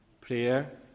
prayer